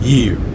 Year